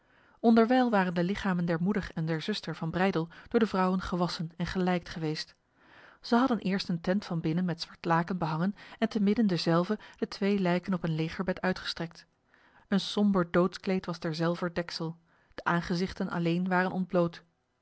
onderwijl waren de lichamen der moeder en der zuster van breydel door de vrouwen gewassen en gelijkt geweest zij hadden eerst een tent van binnen met zwart laken behangen en te midden derzelve de twee lijken op een legerbed uitgestrekt een somber doodskleed was derzelver deksel de aangezichten alleen waren ontbloot